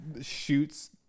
shoots